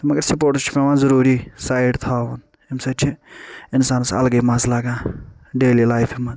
مگر سپورٹٕس چھُ پیٚوان ضروٗری سایڈ تھاوُن اَمہِ سۭتۍ چھُ انسانَس الگٕے مزٕ لگان ڈیلی لایفہِ منٛز